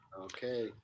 Okay